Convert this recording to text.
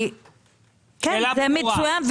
כי זה מצוין,